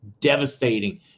devastating